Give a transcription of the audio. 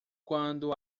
quando